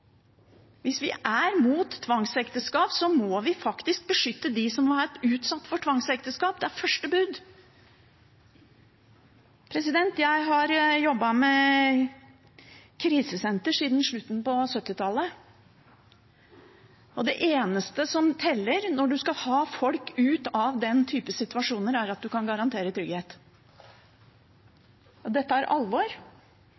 er imot tvangsekteskap, må vi faktisk beskytte dem som har vært utsatt for tvangsekteskap. Det er første bud. Jeg har jobbet med krisesenter siden i slutten av 1970-tallet, og det eneste som teller når en skal ha folk ut av den typen situasjoner, er at en kan garantere